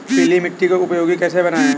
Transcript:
पीली मिट्टी को उपयोगी कैसे बनाएँ?